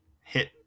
hit